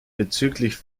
bezüglich